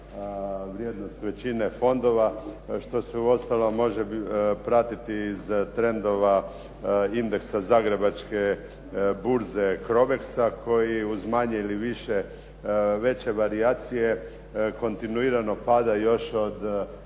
vrijednost većine fondova što se uostalom može pratiti i iz trendova indeksa Zagrebačke burze Crobexa koji uz manje ili više, veće varijacije kontinuirano pada još od